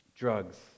Drugs